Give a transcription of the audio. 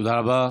תודה רבה.